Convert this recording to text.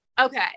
Okay